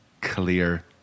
clear